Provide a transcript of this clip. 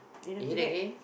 you eat again